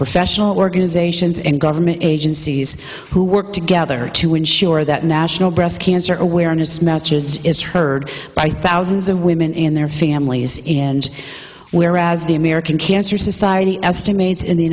professional organizations and government agencies who work together to ensure that national breast cancer awareness month is heard by thousands of women in their families in whereas the american cancer society estimates in the